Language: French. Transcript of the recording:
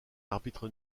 arbitre